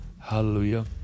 Hallelujah